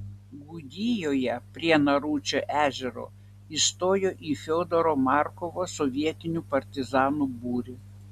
gudijoje prie naručio ežero įstojo į fiodoro markovo sovietinių partizanų būrį